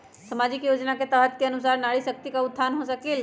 सामाजिक योजना के तहत के अनुशार नारी शकति का उत्थान हो सकील?